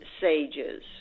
sages